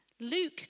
Luke